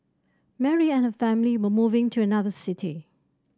Mary and her family were moving to another city